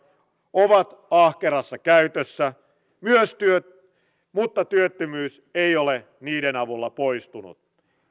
ovat ahkerassa käytössä mutta työttömyys ei ole niiden avulla poistunut